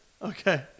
Okay